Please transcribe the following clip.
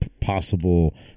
possible